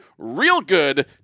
REALGOOD